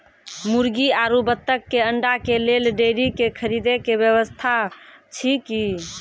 मुर्गी आरु बत्तक के अंडा के लेल डेयरी के खरीदे के व्यवस्था अछि कि?